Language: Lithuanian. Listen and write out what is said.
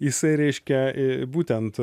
jisai reiškia e būtent